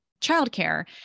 childcare